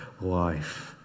life